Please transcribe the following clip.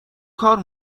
کار